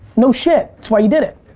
no shit, that's why you did it.